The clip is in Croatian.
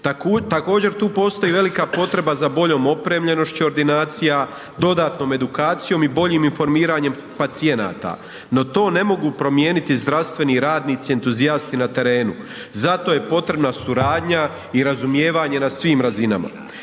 Također, tu postoji velika potreba za boljom opremljenošću ordinacija, dodatnom edukacijom i boljim informiranjem pacijenata. No to ne mogu promijeniti zdravstveni radnici entuzijasti na terenu, za to je potreba suradnja i razumijevanje na svim razinama.